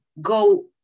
go